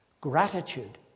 gratitude